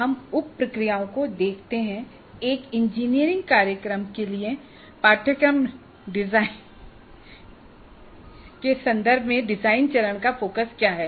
हम उप प्रक्रियाओं को देखते हैं एक इंजीनियरिंग कार्यक्रम के लिए पाठ्यक्रम डिजाइन के संदर्भ में डिजाइन चरण का फोकस क्या है